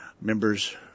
members